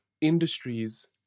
industries